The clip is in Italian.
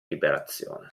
liberazione